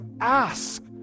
ask